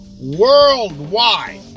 worldwide